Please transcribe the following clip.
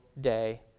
day